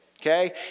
Okay